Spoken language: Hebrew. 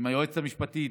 עם היועצת המשפטית